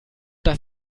das